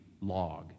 Log